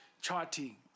charting